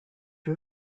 you